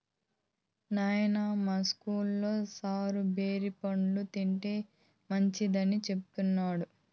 నాయనా, మా ఇస్కూల్లో సారు బేరి పండ్లు తింటే మంచిదని సెప్పినాడు